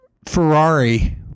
ferrari